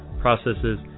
processes